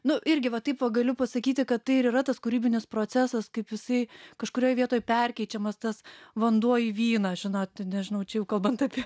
nu irgi va taip galiu pasakyti kad tai ir yra tas kūrybinis procesas kaip jisai kažkurioj vietoj perkeičiamas tas vanduo į vyną žinot nežinau čia jau kalbant apie